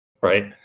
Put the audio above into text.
right